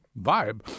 vibe